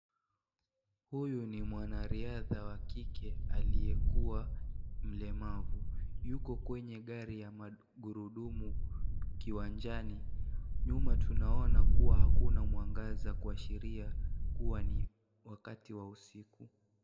Huyu ni mwanariadha wa kike aliyekuwa mlemavu. Yuko kwenye gari ya magurudumu kiwanjani. Nyuma tunaona kuwa, hakuna mwangaza, kuashiria kuwa ni wakati wa usiku.